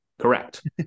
correct